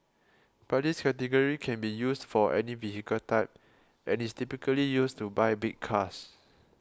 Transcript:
but this category can be used for any vehicle type and is typically used to buy big cars